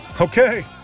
okay